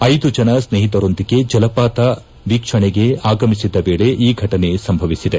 ಐದು ಜನ ಸ್ನೇಹಿತರೊಂದಿಗೆ ಜಲಪಾತ ವೀಕ್ಷಣಗೆ ಆಗಮಿಸಿದ್ದ ವೇಳೆ ಈ ಪಟನೆ ಸಂಭವಿಸಿದೆ